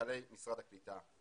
מנכ"לי משרד הקליטה.